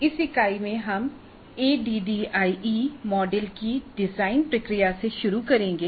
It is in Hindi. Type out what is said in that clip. इस इकाई में हम एडीडीआईई मॉडल की डिजाइन प्रक्रिया से शुरू करेंगे